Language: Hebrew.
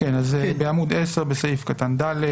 בעמוד 10, בסעיף קטן (ד).